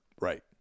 right